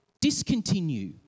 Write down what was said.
discontinue